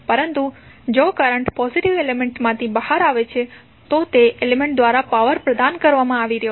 પરંતુ જો current positive એલિમેન્ટમાંથી બહાર આવે છે તો તે એલિમેન્ટ દ્વારા પાવર પ્રદાન કરવામાં આવી રહ્યો છે